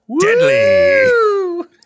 Deadly